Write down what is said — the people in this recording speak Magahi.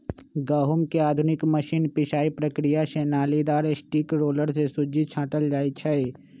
गहुँम के आधुनिक मशीन पिसाइ प्रक्रिया से नालिदार स्टील रोलर से सुज्जी छाटल जाइ छइ